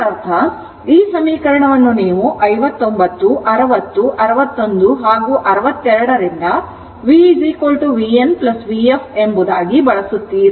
ಇದರರ್ಥ ಈ ಸಮೀಕರಣವನ್ನು ನೀವು 59 60 61 62 ರಿಂದ v vn vf ಎಂಬುದಾಗಿ ಬಳಸುತ್ತೀರಿ